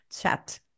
chat